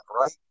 right